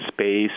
space